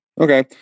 Okay